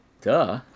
Duh